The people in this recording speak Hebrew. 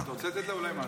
היא תגיד לי.